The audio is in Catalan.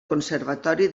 conservatori